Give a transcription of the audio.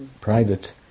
private